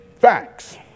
facts